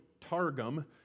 Targum